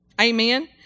Amen